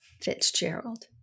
Fitzgerald